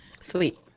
Sweet